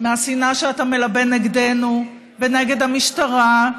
מהשנאה שאתה מלבה נגדנו ונגד המשטרה.